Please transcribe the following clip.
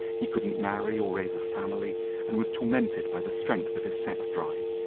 he couldn't marry or raise a family and was tormented by the strength of his sex drive,